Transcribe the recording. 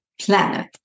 planet